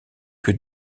que